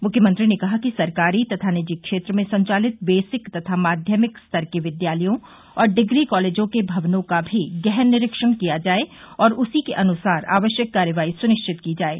मुख्यमंत्री ने कहा कि सरकारी तथा निजी क्षेत्र में संचालित बेसिक तथा माध्यमिक स्तर के विद्यालयों और डिग्री कालेजों के भवनों का भी गहन निरीक्षण किया जाये और उसी के अनुसार आवश्यक कार्रवाई सुनिश्चित की जाये